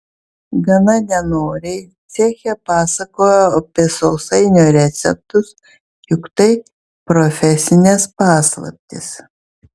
gana nenoriai ceche pasakojo apie sausainių receptus juk tai profesinės paslaptys